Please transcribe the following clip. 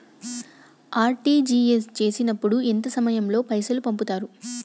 RTGS చేసినప్పుడు ఎంత సమయం లో పైసలు పంపుతరు?